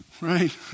Right